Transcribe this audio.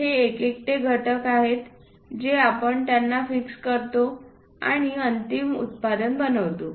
हे एकेकटे घटक आहेत जे आपण त्यांना फिक्स करतो आणि अंतिम उत्पादन बनवतो